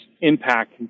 impact